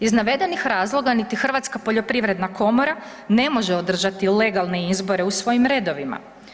Iz navedenih razloga niti Hrvatska poljoprivredna komora ne može održati redovne izbore u svojim redovima.